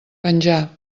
penjà